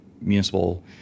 municipal